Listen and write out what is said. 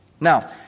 Now